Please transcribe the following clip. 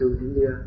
India